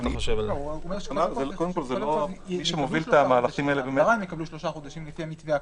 הוא אומר שממילא הם יקבלו שלושה חודשים לפי המתווה הקיים.